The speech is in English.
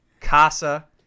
casa